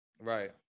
Right